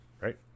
right